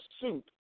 suit